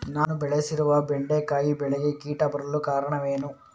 ನಾನು ಬೆಳೆಸಿರುವ ಬೆಂಡೆಕಾಯಿ ಬೆಳೆಗೆ ಕೀಟ ಬರಲು ಕಾರಣವೇನು?